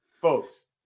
Folks